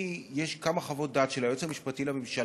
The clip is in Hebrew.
כי יש כמה חוות דעת של היועץ המשפטי לממשלה